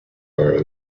are